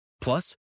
Plus